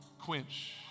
quench